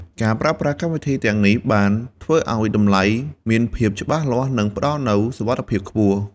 ការប្រើប្រាស់កម្មវិធីទាំងនេះបានធ្វើឱ្យតម្លៃមានភាពច្បាស់លាស់និងផ្តល់នូវសុវត្ថិភាពខ្ពស់។